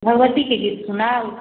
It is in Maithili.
भगवतीके गीत सुनब